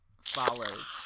follows